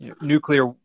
nuclear